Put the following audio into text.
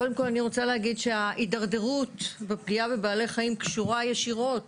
קודם כל אני רוצה להגיד שהתדרדרות בפגיעה בבעלי חיים קשורה ישירות